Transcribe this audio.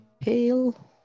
pale